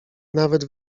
nawet